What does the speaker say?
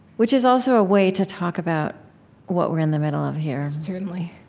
which is also a way to talk about what we're in the middle of here, certainly,